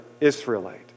Israelite